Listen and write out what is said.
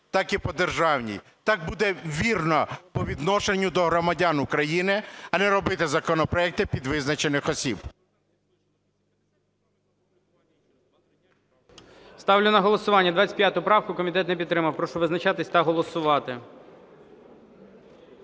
так і по державній. Так буде вірно по відношенню до громадян України, а не робити законопроекти під визначених осіб.